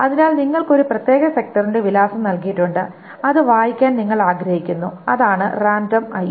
അതിനാൽ നിങ്ങൾക്ക് ഒരു പ്രത്യേക സെക്ടറിന്റെ വിലാസം നൽകിയിട്ടുണ്ട് അത് വായിക്കാൻ നിങ്ങൾ ആഗ്രഹിക്കുന്നു അതാണ് റാൻഡം IO Random IO